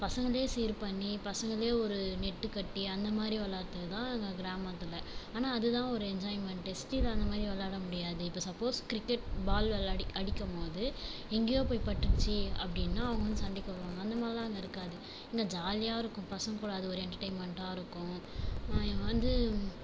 பசங்களே சீர் பண்ணி பசங்களே ஒரு நெட்டுக்கட்டி அந்தமாதிரி விளாட்டு தான் எங்கள் கிராமத்தில் ஆனால் அதுதான் ஒரு என்ஜாய்மண்ட்டு சிட்டியில் அந்தமாதிரி விளாட முடியாது இப்போ சப்போஸ் கிரிக்கெட் பால் விளாடி அடிக்கும் போது எங்கையோ போய் பட்டுருச்சி அப்படின்னா அவங்க வந்து சண்டைக்கு வருவாங்க அந்த மாதிரிலாம் அங்கே இருக்காது இங்கே ஜாலியாருக்கும் பசங்கக்கூட அது ஒரு என்டர்டைமண்ட்டா இருக்கும் வந்து